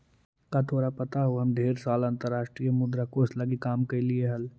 का तोरा पता हो हम ढेर साल अंतर्राष्ट्रीय मुद्रा कोश लागी काम कयलीअई हल